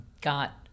got